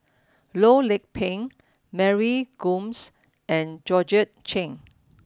Loh Lik Peng Mary Gomes and Georgette Chen